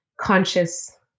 conscious